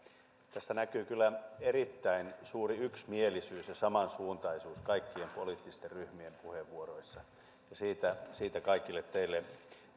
tässä näkyy kyllä erittäin suuri yksimielisyys ja samansuuntaisuus kaikkien poliittisten ryhmien puheenvuoroissa ja siitä kaikille teille